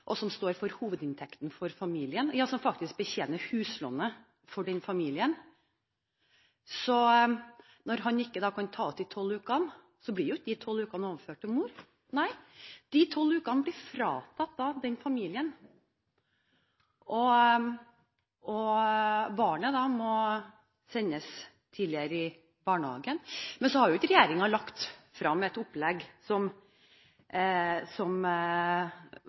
som står for hovedinntekten i familien, og som faktisk betjener huslånet for familien, ikke kan ta ut de tolv ukene, så blir ikke de tolv ukene overført til mor. Nei, de tolv ukene blir fratatt familien, og barnet må sendes tidligere i barnehagen. Men regjeringen har ikke lagt frem et helhetlig opplegg,